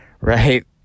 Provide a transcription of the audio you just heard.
Right